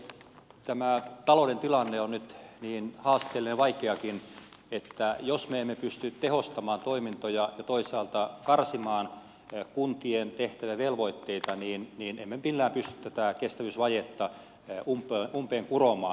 tämä talouden tilanne on nyt niin haasteellinen ja vaikeakin että jos me emme pysty tehostamaan toimintoja ja toisaalta karsimaan kuntien tehtäviä ja velvoitteita niin emme millään pysty tätä kestävyysvajetta umpeen kuromaan